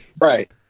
Right